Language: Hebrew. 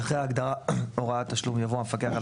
"המפקח על